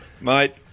Mate